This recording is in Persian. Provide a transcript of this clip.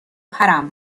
پرم